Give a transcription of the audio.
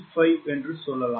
435 என்று சொல்லலாம்